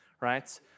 right